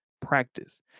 practice